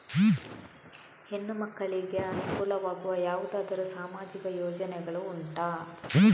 ಹೆಣ್ಣು ಮಕ್ಕಳಿಗೆ ಅನುಕೂಲವಾಗುವ ಯಾವುದಾದರೂ ಸಾಮಾಜಿಕ ಯೋಜನೆಗಳು ಉಂಟಾ?